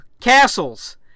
castles